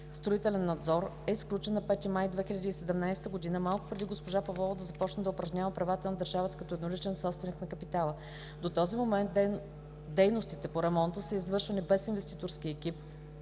строителен надзор е сключен на 5 май 2017 г. малко преди госпожа Павлова да започне да упражнява правата на държавата като едноличен собственик на капитала на дружеството. До този момент дейностите по ремонта са извършвани без инвеститорски екип